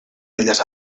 belles